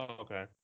okay